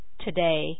today